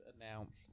announce